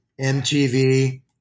MTV